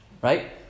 right